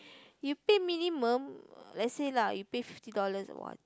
you pay minimum let's say lah you pay fifty dollars one